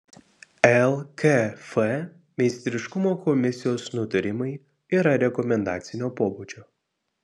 lkf meistriškumo komisijos nutarimai yra rekomendacinio pobūdžio